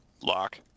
lock